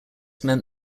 meant